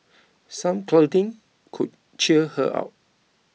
some cuddling could cheer her up